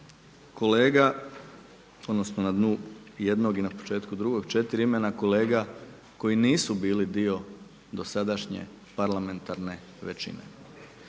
kolega odnosno na dnu jednog i na početku drugog četiri imena kolega koji nisu bili dio dosadašnje parlamentarne većine.